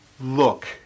look